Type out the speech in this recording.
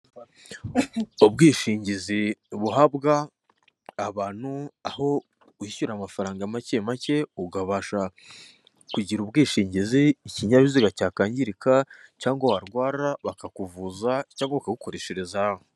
Ubwishingizi buhabwa abantu, aho wishyura amafaranga make make ukabasha kugira ubwishingizi, ikinyabiziga cyakangirika cyangwa warwara bakakuvuza cyangwa bakagukoreshereza.